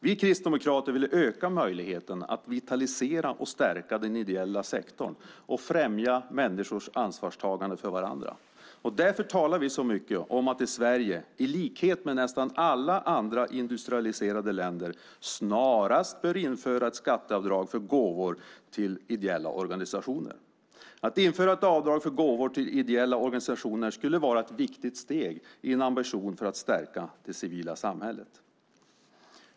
Vi kristdemokrater vill öka möjligheten att vitalisera och stärka den ideella sektorn och främja människors ansvarstagande för varandra. Därför talar vi så mycket om att i Sverige, i likhet med nästan alla andra industrialiserade länder, snarast införa ett skatteavdrag för gåvor till ideella organisationer. Att införa ett avdrag för gåvor till ideella organisationer skulle vara ett viktigt steg i en ambition att stärka det civila samhället.